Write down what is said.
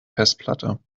festplatte